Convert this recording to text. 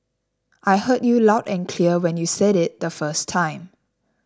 I heard you loud and clear when you said it the first time